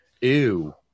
Ew